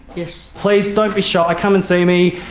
yes. please, don't be shy, come and see me.